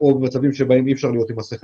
או מצבים שבהם אי אפשר להיות במסכה,